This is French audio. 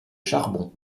charbon